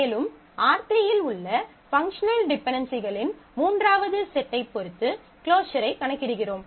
மேலும் R3 இல் உள்ள பங்க்ஷனல் டிபென்டென்சிகளின் மூன்றாவது செட்டைப் பொறுத்து க்ளோஸரைக் கணக்கிடுகிறோம்